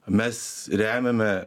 mes remiame